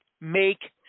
make